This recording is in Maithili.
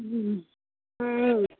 हूँ हुँ